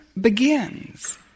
begins